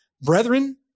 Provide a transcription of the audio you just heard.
Brethren